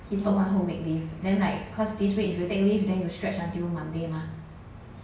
he took one whole week leave then like cause this week if you take leave then will stretch until monday mah